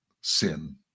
sin